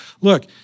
Look